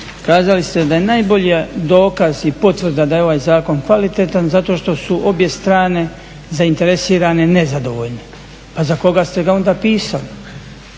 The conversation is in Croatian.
kazali ste da je najbolji dokaz i potvrda da je ovaj zakon kvalitetan zato što su obje strane zainteresirane, nezadovoljne. Pa za koga ste ga onda pisali?